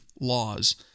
laws